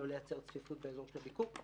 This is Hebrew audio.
לא לייצר צפיפות באזור של הביקור.